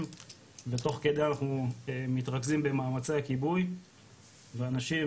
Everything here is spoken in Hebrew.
ותוך כדי אנחנו מתרכזים במאמצי הכיבוי ואנשים,